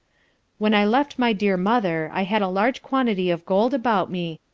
when i left my dear mother i had a large quantity of gold about me,